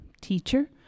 teacher